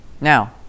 Now